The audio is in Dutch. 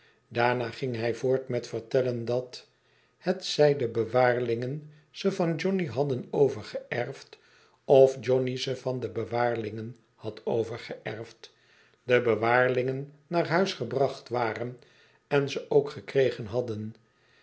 daarna ging hij voort met vertellen dat hetzij de bewaarlingen ze van johnny hadden overgeërfd of johnny ze van de bewaarlingen had overgeërfd de bewaarlingen naar huis gebracht waren en ze ook gekregen hadden